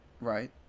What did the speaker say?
right